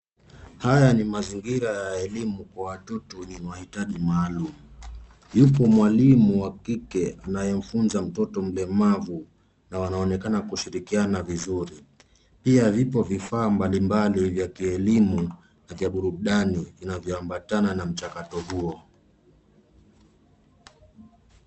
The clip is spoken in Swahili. Haya ni mazingira ya elimu kwa watoto wenye mahitaji maalum. Yupo mwalimu wa kike anayemfunza mtoto mlemavu na wanaonekana kushirikiana vizuri. Pia vipo vifaa mbalimbali vya kielimu na vya burudani vinavyoambatana na mchakato huo.